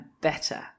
better